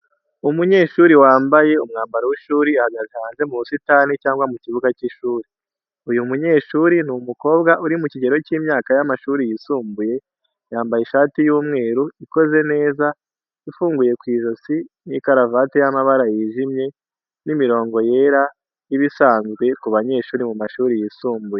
Umunyeshuri wambaye umwambaro w'ishuri ahagaze hanze mu busitani cyangwa mu kibuga cy’ishuri. Uyu munyeshuri ni umukobwa uri mu kigero cy'imyaka y'amashuri yisumbuye yambaye ishati y’umweru, ikoze neza, ifunguye ku ijosi, n'ikaravate y'amabara yijimye n’imirongo yera iba isanzwe ku banyeshuri mu mashuri yisumbuye.